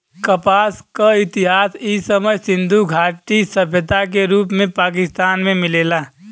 कपास क इतिहास इ समय सिंधु घाटी सभ्यता के रूप में पाकिस्तान में मिलेला